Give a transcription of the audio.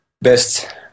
best